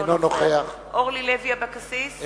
אינו נוכח אורלי לוי אבקסיס,